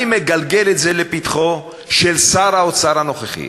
אני מגלגל את זה לפתחו של שר האוצר הנוכחי.